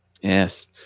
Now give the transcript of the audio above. Yes